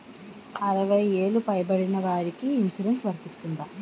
అరవై ఏళ్లు పై పడిన వారికి ఇన్సురెన్స్ వర్తిస్తుందా?